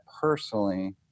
personally